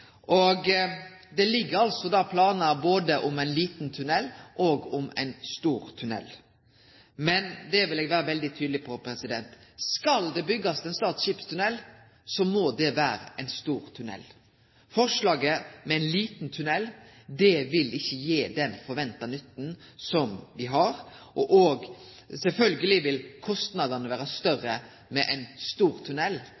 tunnel. Det ligg føre planer om både liten og stor tunnel. Men – det vil eg vere veldig tydeleg på: Skal det byggjast ein Stad skipstunnel, må det vere ein stor tunnel. Forslaget om ein liten tunnel vil ikkje gi den nytten som vi har forventingar om. Sjølvsagt vil